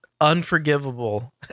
unforgivable